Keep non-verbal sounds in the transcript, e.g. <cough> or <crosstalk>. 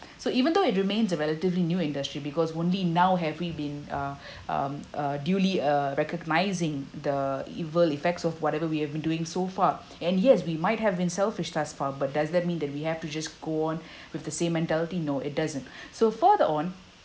so even though it remains a relatively new industry because only now have we been uh uh uh duly uh recognising the evil effects of whatever we have been doing so far <breath> and yes we might have been selfish thus far but does that mean that we have to just go on <breath> with the same mentality know it doesn't so further on